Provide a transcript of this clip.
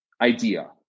idea